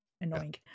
annoying